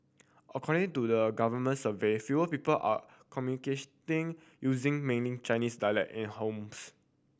according to the government survey fewer people are communicating using mainly Chinese dialect in homes